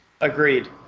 agreed